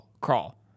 crawl